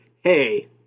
Hey